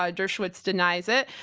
ah dershowitz denies it,